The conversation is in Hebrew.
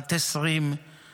בת 20 מירושלים.